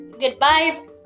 Goodbye